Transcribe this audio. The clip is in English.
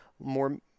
more